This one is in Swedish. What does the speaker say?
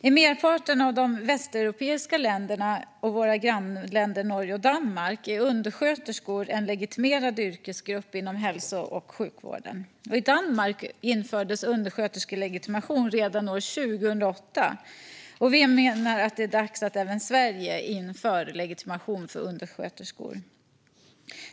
I merparten av de västeuropeiska länderna och i våra grannländer Norge och Danmark är undersköterskor en legitimerad yrkesgrupp inom hälso och sjukvården. I Danmark infördes undersköterskelegitimation redan 2008. Vi menar att det är dags att även Sverige inför legitimation för undersköterskor.